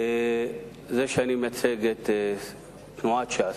זה שאני מייצג את תנועת ש"ס,